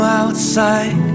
outside